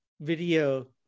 video